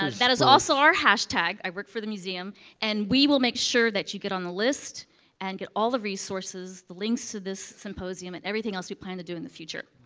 ah that is also our hash tag. i work for the museum and we will make sure that you get on the list and get all the resources, the links to this symposium, and everything else we plan to do in the future.